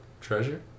Treasure